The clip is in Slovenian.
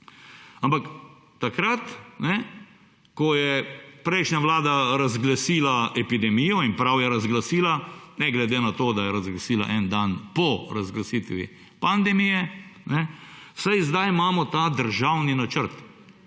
ampak takrat, ko je prejšnja vlada razglasila epidemijo, in prav je razglasila, ne glede na to, da je razglasila en dan po razglasitvi pandemije, saj sedaj imamo ta državni načrt.